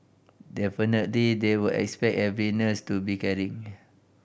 definitely they will expect every nurse to be caring